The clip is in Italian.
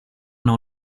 non